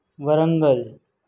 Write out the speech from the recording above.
Warangal